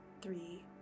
three